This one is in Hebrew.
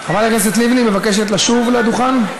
חברת הכנסת לבני מבקשת לשוב לדוכן?